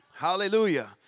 Hallelujah